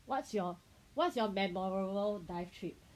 what's your what's your memorable dive trip